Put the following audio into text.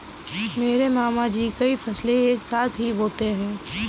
मेरे मामा जी कई फसलें एक साथ ही बोते है